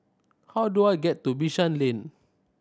how do I get to Bishan Lane